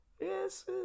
Yes